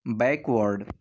back word